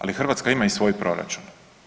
Ali Hrvatska ima i svoj proračun.